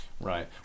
Right